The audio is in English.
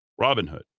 Robinhood